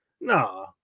Nah